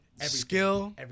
skill